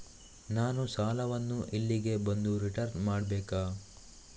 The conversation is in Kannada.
ನಾನು ಸಾಲವನ್ನು ಇಲ್ಲಿಗೆ ಬಂದು ರಿಟರ್ನ್ ಮಾಡ್ಬೇಕಾ?